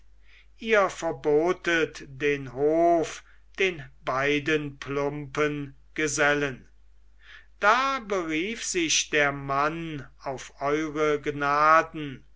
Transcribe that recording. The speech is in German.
ihr verbotet den hof den beiden plumpen gesellen da berief sich der mann auf eure gnaden